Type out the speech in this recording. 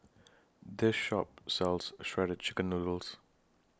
This Shop sells Shredded Chicken Noodles